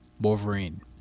Wolverine